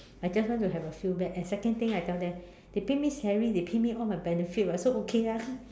I just want to have a feel back and second thing I tell them they pay me salary they pay me all my benefits [what] so okay ah